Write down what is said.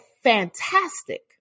Fantastic